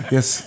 Yes